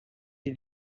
les